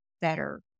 better